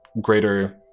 greater